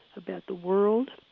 about the world,